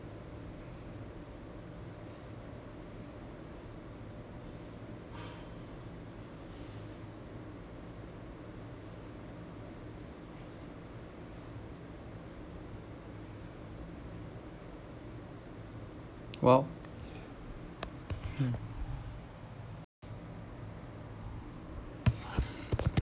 !wow! mm